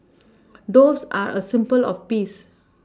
doves are a symbol of peace